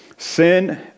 Sin